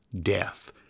death